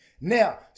Now